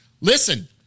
Listen